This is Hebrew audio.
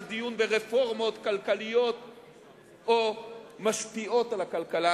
דיון ברפורמות כלכליות או משפיעות על הכלכלה,